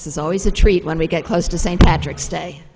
this is always a treat when we get close to st patrick's day